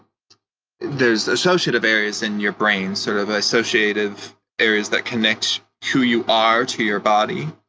there's associative areas in your brain, sort of ah associative areas that connect who you are to your body.